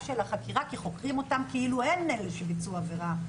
החקירה כי חוקרים אותן כאילו הן אלה שביצוע עבירה.